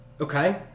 Okay